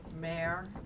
mayor